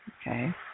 Okay